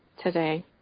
today